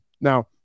Now